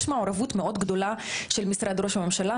יש מעורבות מאוד גדולה של משרד ראש הממשלה.